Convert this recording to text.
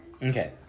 Okay